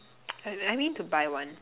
I I mean to buy one